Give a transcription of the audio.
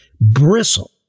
bristle